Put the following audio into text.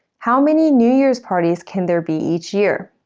how many new year's parties can there be each year?